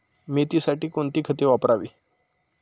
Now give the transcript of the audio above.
मेथीसाठी कोणती खते वापरावी?